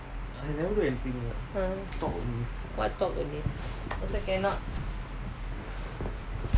inever do anything what talk only